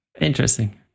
interesting